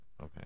okay